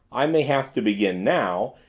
i may have to begin now,